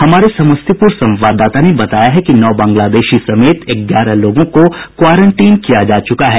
हमारे समस्तीपुर संवाददाता ने बताया है नौ बंग्लादेशी समेत ग्यारह लोगों को क्वारंटीन किया जा चुका है